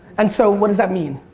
and so what does that mean?